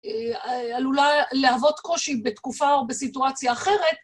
עלולה להוות קושי בתקופה או בסיטואציה אחרת.